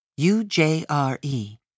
UJRE